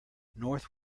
north